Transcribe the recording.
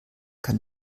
kann